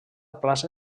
plaça